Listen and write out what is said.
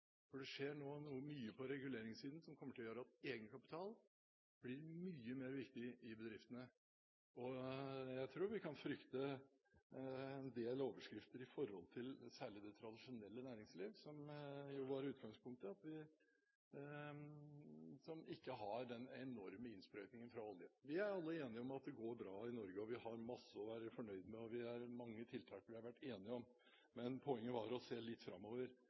for det skjer nå mye på reguleringssiden som kommer til å gjøre at egenkapital blir mye viktigere i bedriftene. Jeg tror vi kan frykte en del overskrifter når det gjelder særlig det tradisjonelle næringslivet, som jo var utgangspunktet, og som ikke har den enorme innsprøytningen fra olje. Vi er alle enige om at det går bra i Norge. Vi har masse å være fornøyd med, og det er mange tiltak vi har vært enige om. Men poenget var å se litt framover,